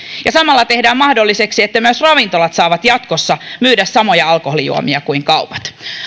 samalla tehdään mahdolliseksi että myös ravintolat saavat jatkossa myydä samoja alkoholijuomia kuin kaupat